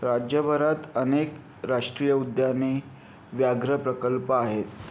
राज्यभरात अनेक राष्ट्रीय उद्याने व्याघ्र प्रकल्प आहेत